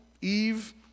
Eve